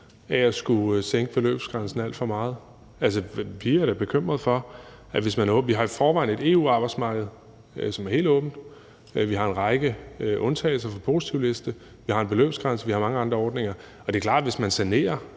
af at skulle sænke beløbsgrænsen alt for meget. Vi har i forvejen et EU-arbejdsmarked, som er helt åbent, vi har en række undtagelser fra positivlisten, vi har en beløbsgrænse, og vi har mange andre ordninger. Og det er klart, at hvis man sætter